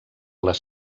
les